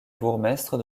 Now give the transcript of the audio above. bourgmestre